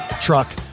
truck